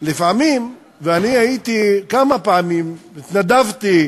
אני הייתי כמה פעמים, התנדבתי.